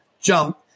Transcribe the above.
jump